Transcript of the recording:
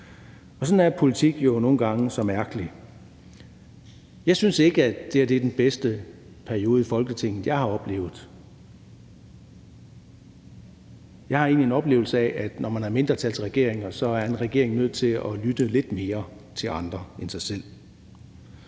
Sådan er politik jo nogle gange så mærkeligt. Jeg synes ikke, at det her er den bedste periode i Folketinget, jeg har oplevet. Jeg har egentlig en oplevelse af, at når man er en mindretalsregering, er man nødt til at lytte lidt mere til andre end sig selv.